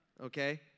Okay